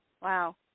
Wow